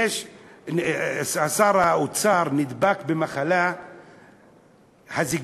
שר האוצר נדבק במחלת הזיגזגים,